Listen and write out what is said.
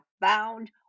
bound